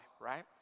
right